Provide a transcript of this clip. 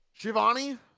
Shivani